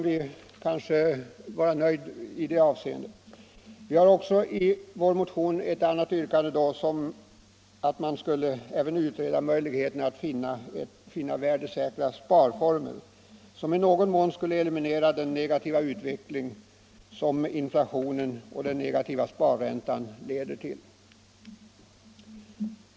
Vi har i vår motion också ett yrkande om att man även skulle utreda möjligheterna att finna värdesäkra sparformer, som i någon mån skulle eliminera den negativa utveckling som inflationen och den negativa sparräntan leder till.